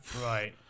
right